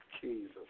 Jesus